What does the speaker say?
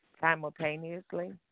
simultaneously